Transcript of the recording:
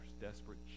desperate